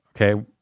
okay